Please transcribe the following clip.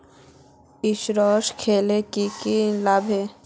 Insurance खोले की की लगाबे?